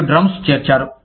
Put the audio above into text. మరియు డ్రమ్స్ చేర్చారు